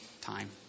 time